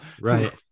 Right